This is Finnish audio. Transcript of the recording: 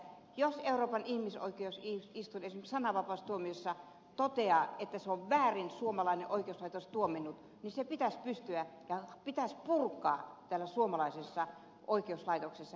jos euroopan ihmisoikeustuomioistuin esimerkiksi sananvapaustuomiossa toteaa että suomalainen oikeuslaitos on väärin tuominnut niin se tuomio pitäisi purkaa täällä suomalaisessa oikeuslaitoksessa